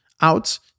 out